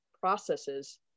processes